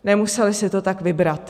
Nemuseli si to tak vybrat.